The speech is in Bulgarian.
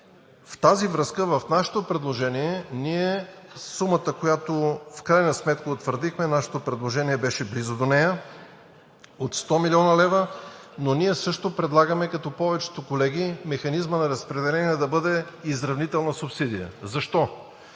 В тази връзка в нашето предложение сумата, която в крайна сметка утвърдихме – нашето предложение беше близо до нея – от 100 млн. лв., но ние също предлагаме, като повечето колеги, механизмът на разпределение да бъде изравнителна субсидия. Защо?